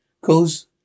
Cause